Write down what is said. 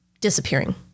disappearing